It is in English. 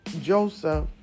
Joseph